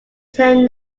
turn